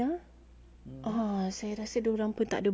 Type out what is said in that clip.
saya rasa dia orang pun tak ada bazar lah